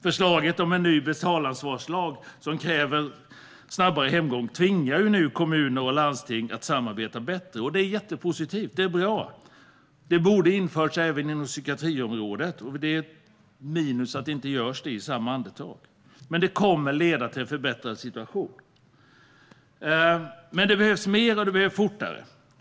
Förslaget om en ny betalansvarslag där det krävs snabbare hemgång tvingar nu kommuner och landsting att samarbeta bättre, och det är bra. Det borde ha införts även inom psykiatrin, och det är ett minus att man inte samtidigt gör det. Men det kommer att leda till en förbättrad situation. Men det behövs mera, och det behövs fortare.